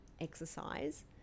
exercise